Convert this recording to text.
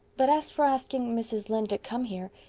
but as for asking mrs. lynde to come here,